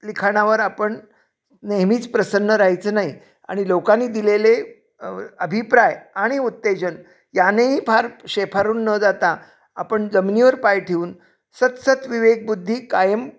लिखाणावर आपण नेहमीच प्रसन्न राहायचं नाही आणि लोकांनी दिलेले अभिप्राय आणि उत्तेजन यानेही फार शेफारून न जाता आपण जमिनीवर पाय ठेवून सत्सत् विवेकबुद्धी कायम